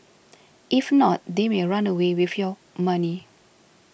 if not they may run away with your money